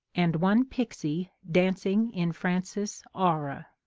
and one pixie danc ing in frances' aura.